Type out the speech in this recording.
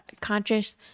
conscious